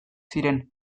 ziren